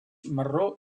marró